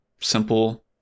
simple